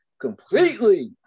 completely